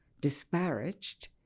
disparaged